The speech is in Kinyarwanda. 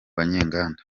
banyenganda